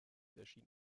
erschien